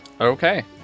Okay